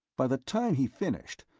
by the time he finished,